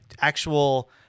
actual